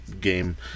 game